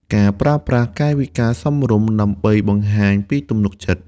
ប្រើប្រាស់កាយវិការសមរម្យដើម្បីបង្ហាញពីទំនុកចិត្ត។